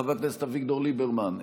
חבר הכנסת אביגדור ליברמן,